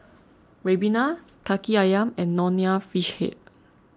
Ribena Kaki Ayam and Nonya Fish Head